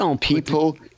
people